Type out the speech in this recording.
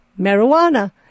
marijuana